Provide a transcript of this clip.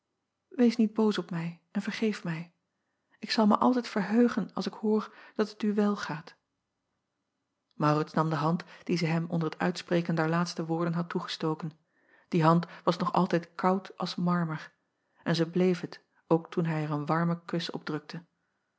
ees niet boos op mij en vergeef mij ik zal mij altijd verheugen als ik hoor dat het u wél gaat aurits nam de hand die zij hem onder t uitspreken der laatste woorden had toegestoken die hand was nog altijd koud als marmer en zij bleef het ook toen hij er een warmen kus op drukte